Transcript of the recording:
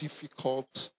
difficult